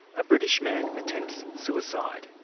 a british man attempts suicide,